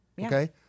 Okay